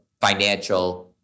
financial